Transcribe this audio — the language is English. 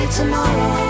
tomorrow